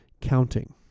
counting